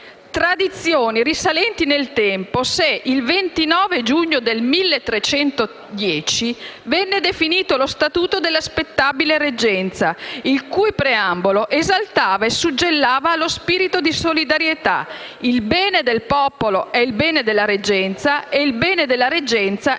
tradizioni risalenti nel tempo e il 29 giugno del 1310 venne definito lo Statuto della Spettabile Reggenza, il cui preambolo esaltava e suggellava lo spirito di solidarietà: il bene del popolo è il bene della reggenza e il bene della reggenza è il bene